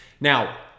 Now